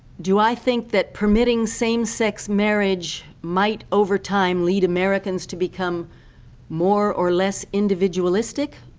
do i think that permitting same-sex marriage might over time lead americans to become more or less individualistic,